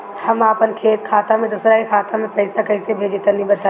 हम आपन खाता से दोसरा के खाता मे पईसा कइसे भेजि तनि बताईं?